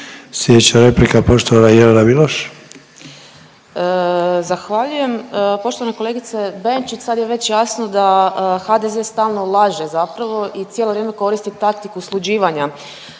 Jelena Miloš. **Miloš, Jelena (Možemo!)** Zahvaljujem. Poštovana kolegice Benčić sad je već jasno da HDZ stalno laže zapravo i cijelo vrijeme koristi taktiku sluđivanja